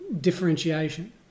differentiation